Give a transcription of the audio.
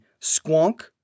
Squonk